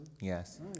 Yes